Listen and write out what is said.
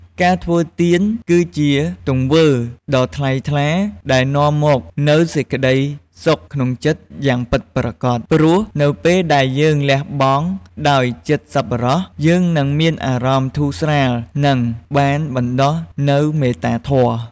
ការធ្វើទាន គឺជាទង្វើដ៏ថ្លៃថ្លាដែលនាំមកនូវសេចក្តីសុខក្នុងចិត្តយ៉ាងពិតប្រាកដ ព្រោះនៅពេលដែលយើងលះបង់ដោយចិត្តសប្បុរស យើងនឹងមានអារម្មណ៍ធូរស្រាល និងបានបណ្ដុះនូវមេត្តាធម៌។